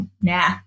Nah